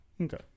Okay